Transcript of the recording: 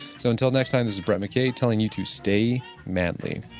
so until next time. this is brett mckay telling you to stay manly